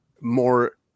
more